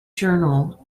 journal